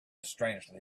strangely